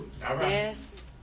Yes